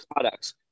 products